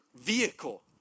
vehicle